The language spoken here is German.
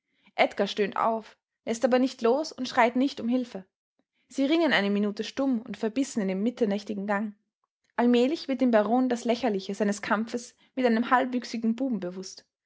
edgar stöhnt auf läßt aber nicht los und schreit nicht um hilfe sie ringen eine minute stumm und verbissen in dem mitternächtigen gang allmählich wird dem baron das lächerliche seines kampfes mit einem halbwüchsigen buben bewußt